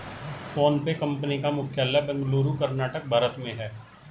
PhonePe company का मुख्यालय बेंगलुरु कर्नाटक भारत में है